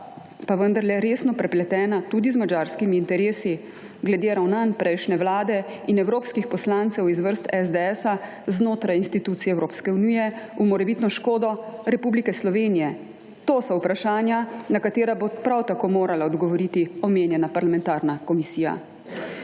pa vendarle resno prepletena tudi z madžarskimi interesi glede ravnanj prejšnje Vlade in evropskih poslancev iz vrst SDS znotraj institucije Evropske unije v morebitno škodo Republike Slovenje. 4. TRAK: (NB) – 9.15 (Nadaljevanje) To so vprašanja na katera bo prav tako morala odgovoriti omenjena parlamentarna komisija.